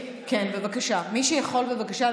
שנייה.